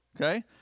Okay